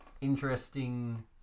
interesting